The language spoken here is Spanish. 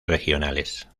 regionales